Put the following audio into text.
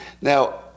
Now